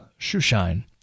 shoeshine